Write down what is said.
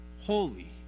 holy